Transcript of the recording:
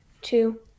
two